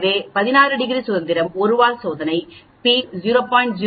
எனவே 16 டிகிரி சுதந்திரம் 1 வால் சோதனை p 0